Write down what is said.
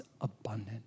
abundant